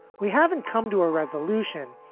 we haven't come to a resolution,